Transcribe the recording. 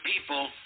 people